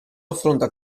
affronta